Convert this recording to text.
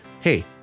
Hey